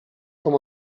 com